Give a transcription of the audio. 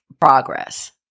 progress